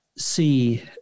see